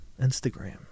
Instagram